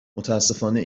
متاسفانه